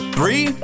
Three